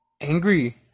angry